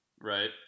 right